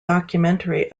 documentary